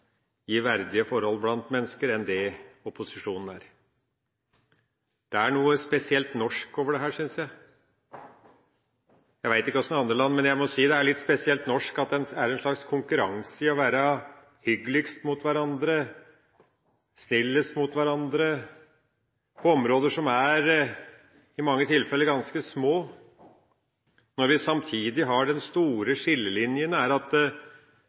gi verdige forhold blant mennesker enn det opposisjonen er. Det er noe spesielt norsk over dette, synes jeg. Jeg vet ikke hvordan det er i andre land, men jeg må si at det er litt spesielt norsk at det er en slags konkurranse i å være hyggeligst mot hverandre og snillest mot hverandre på områder som i mange tilfeller er ganske små, når vi samtidig har de store skillelinjene, og regjeringspartiene blir angrepet for at